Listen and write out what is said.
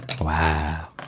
Wow